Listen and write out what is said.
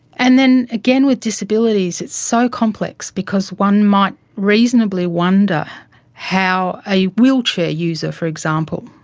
and then again, with disabilities, it's so complex because one might reasonably wonder how a wheelchair user, for example,